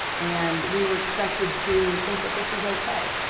and we were expected to think that this was okay.